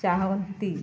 ଚାହାଁନ୍ତି